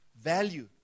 value